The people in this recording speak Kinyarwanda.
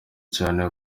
cyane